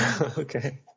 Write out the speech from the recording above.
Okay